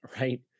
right